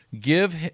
give